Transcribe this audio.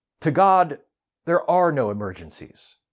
to god there are no emergencies.